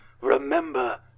Remember